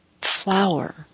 flower